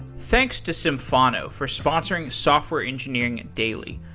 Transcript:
thanks to symphono for sponsoring software engineering daily.